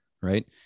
right